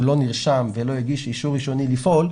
לא נרשם ולא הגיש אישור ראשוני לפעול,